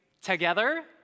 Together